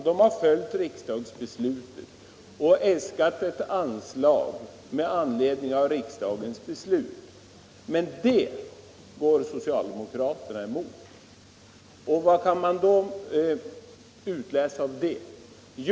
SJ har följt riksdagsbeslutet och äskat ett anslag med anledning av det, men det går socialdemokraterna emot. Vad kan man utläsa av detta?